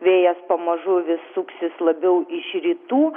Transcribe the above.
vėjas pamažu suksis labiau iš rytų